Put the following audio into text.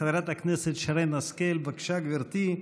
חברת הכנסת שרן השכל, בבקשה, גברתי.